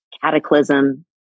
cataclysm